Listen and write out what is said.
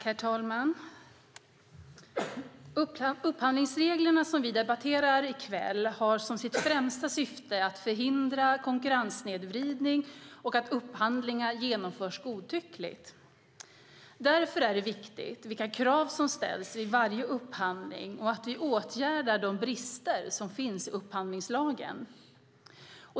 Herr talman! Upphandlingsreglerna som vi debatterar i kväll har som sitt främsta syfte att förhindra konkurrenssnedvridning och att upphandlingar genomförs godtyckligt. Därför är det viktigt vilka krav som ställs vid varje upphandling och att vi åtgärdar de brister som finns i upphandlingslagen.